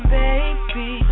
baby